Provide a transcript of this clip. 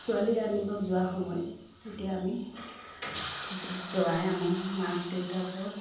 ছোৱালী আনিব যোৱা সময়ত তেতিয়া আমি দৰায়ে আমাক মাক দেউতাকক